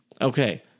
Okay